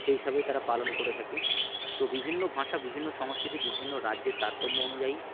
সেই হিসাবেই তারা পালন করে থাকে তো বিভিন্ন ভাষা বিভিন্ন সংস্কৃতি বিভিন্ন রাজ্যের তারতম্য অনুযায়ী